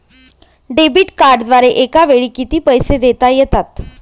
Debit कार्डद्वारे एकावेळी किती पैसे देता येतात?